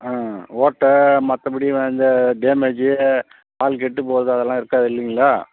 ஆ ஓட்டை மற்றபடிலாம் இந்த டேமேஜு பால் கெட்டுப் போகிறது அதெல்லாம் இருக்காது இல்லைங்களா